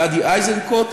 גדי איזנקוט.